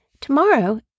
Tomorrow